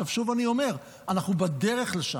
שוב אני אומר, אנחנו בדרך לשם.